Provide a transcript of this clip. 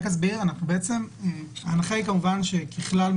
ההנחה היא כמובן שככלל,